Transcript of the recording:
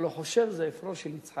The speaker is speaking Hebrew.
אבל הוא חושב זה אפרו של יצחק.